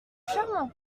charmant